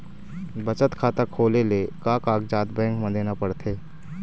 बचत खाता खोले ले का कागजात बैंक म देना पड़थे?